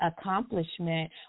accomplishment